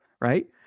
right